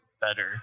better